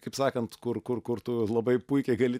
kaip sakant kur kur kur tu labai puikiai gali